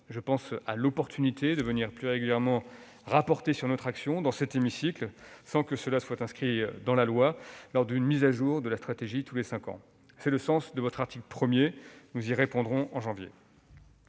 Je pense aussi à l'opportunité de venir plus régulièrement rendre compte de notre action dans cet hémicycle, sans que cela soit inscrit dans la loi, lors d'une mise à jour de la stratégie tous les cinq ans. Tel est le sens de l'article 1 de la proposition de loi. Nous y répondrons en janvier.